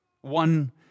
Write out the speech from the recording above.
one